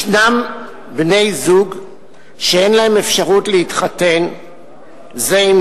יש בני-זוג שאין להם אפשרות להתחתן זה עם